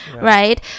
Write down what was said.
right